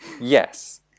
Yes